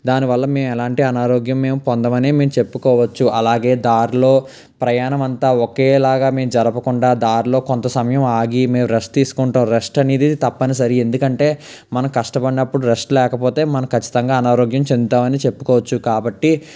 దానివల్ల మేము ఎలాంటి అనారోగ్యం మేము పొందమని మేము చెప్పుకోవచ్చు అలాగే దారిలో ప్రయాణం అంతా ఒకేలాగా మేము జరుపుకుంటా దారిలో కొంత సమయం ఆగి మేము రెస్ట్ తీసుకుంటాం రెస్ట్ అనేది తప్పనిసరి ఎందుకంటే మన కష్టపడినప్పుడు రెస్ట్ లేకపోతే మనం ఖచ్చితంగా అనారోగ్యం చెందుతామని చెప్పుకోవచ్చు కాబట్టి